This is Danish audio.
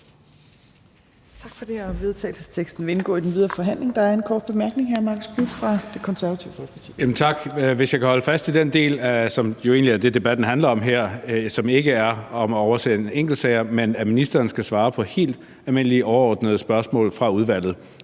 Tak for det. Vedtagelsesteksten vil indgå i den videre forhandling. Der er en kort bemærkning. Hr. Marcus Knuth fra Det Konservative Folkeparti. Kl. 15:13 Marcus Knuth (KF): Tak. Jeg vil holde fast i den del, som jo egentlig er det, debatten her handler om, og det er ikke spørgsmålet om at oversende enkeltsager, men at ministeren skal svare på helt almindelige, overordnede spørgsmål fra udvalget.